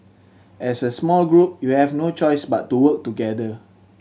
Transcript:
as a small group you have no choice but to work together